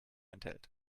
enthält